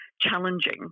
challenging